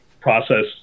process